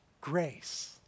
Grace